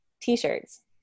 t-shirts